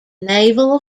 naval